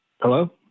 Hello